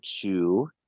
two